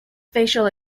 facial